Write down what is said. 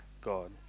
God